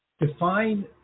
Define